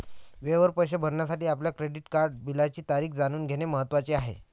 वेळेवर पैसे भरण्यासाठी आपल्या क्रेडिट कार्ड बिलाची तारीख जाणून घेणे महत्वाचे आहे